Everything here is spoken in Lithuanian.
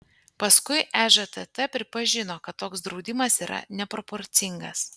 paskui ežtt pripažino kad toks draudimas yra neproporcingas